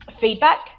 feedback